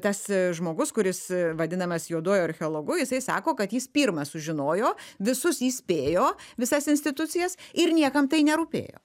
tas žmogus kuris vadinamas juoduoju archeologu jisai sako kad jis pirmas sužinojo visus įspėjo visas institucijas ir niekam tai nerūpėjo